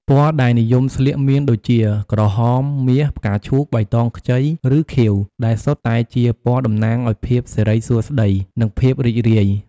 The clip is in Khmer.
ពណ៌ដែលនិយមស្លៀកមានដូចជា ក្រហម មាស ផ្កាឈូក បៃតងខ្ចី ឬខៀវ ដែលសុទ្ធតែជាពណ៌តំណាងឱ្យភាពសិរីសួស្តី និងភាពរីករាយ។